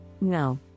no